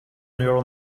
neural